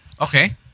Okay